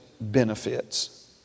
benefits